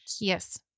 Yes